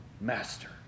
master